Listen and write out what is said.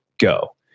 Go